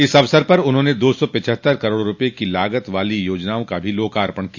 इस अवसर पर उन्होंने दो सौ पचहत्तर करोड़ रूपये की लागत वाली योजनाओं का भी लोकार्पण किया